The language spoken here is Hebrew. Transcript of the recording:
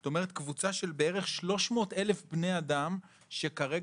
זאת אומרת קבוצה של בערך 300,000 בני אדם שכרגע